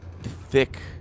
thick